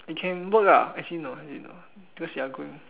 you can work lah actually no no cause you're going